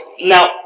now